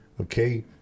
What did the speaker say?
okay